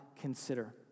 consider